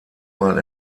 mal